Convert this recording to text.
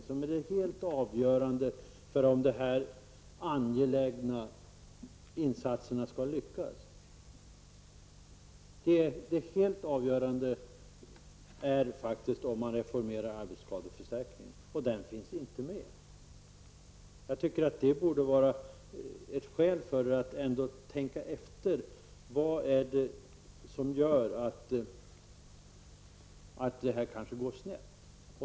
Det helt avgörande för om dessa angelägna insatser skall lyckas är om arbetsskadeförsäkringen reformeras, men den finns inte ens med. Jag tycker att detta borde vara ett skäl att tänka efter vad som är anledningen till att det kan gå snett.